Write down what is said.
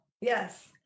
Yes